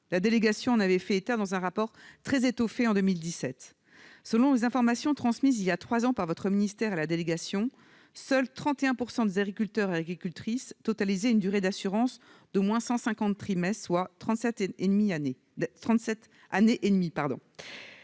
La délégation en avait fait état dans un rapport très étoffé en 2017. Selon les informations transmises voilà trois ans par votre ministère à la délégation, seuls 31 % des agriculteurs et des agricultrices totalisaient une durée d'assurance d'au moins 150 trimestres, soit 37,5 années. Avec